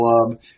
Club